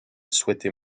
souhaitait